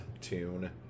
tune